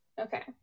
Okay